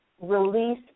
release